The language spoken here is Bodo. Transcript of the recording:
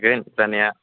जागोन जानाया